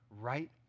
right